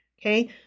Okay